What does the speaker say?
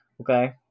okay